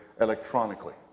electronically